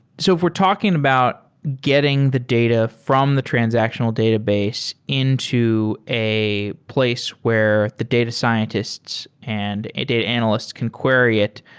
so if we're talking about getting the data from the transactional database into a place where the data scientists and data analysts can query it,